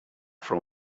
from